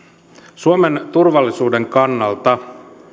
suomen turvallisuuden kannalta